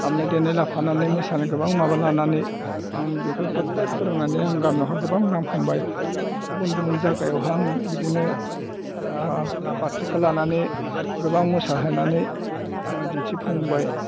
दामनाय देनाय लाफानानै मोसानाय गोबां माबा लानानै आं बेखौ गथाय फोरोंनानै आं गामियावहाय गोबां नाम खामबाय गुबुन गुबुन जागायावहा आं बिदिनो पार्टिखौ लानानै गोबां मोसाहैनानै आङो दिनथिफुंबाय